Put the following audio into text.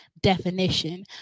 definition